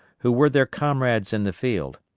who were their comrades in the field,